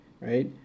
right